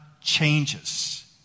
changes